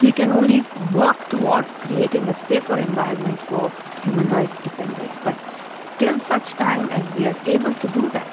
we can only work towards creating a safer environment for human rights defenders, but until such time as we are able to do that